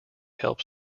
helps